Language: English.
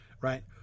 right